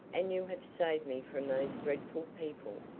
and you have saved me from those dreadful people.